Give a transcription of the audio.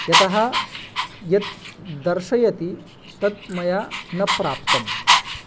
यतः यत् दर्शयति तत् मया न प्राप्तं